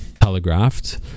Telegraphed